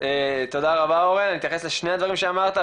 תודה רבה, אורן, אני אתייחס לשני הדברים שאמרת.